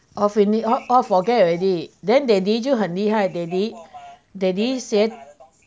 all fini~ all forget already then daddy 就很厉害 daddy daddy 先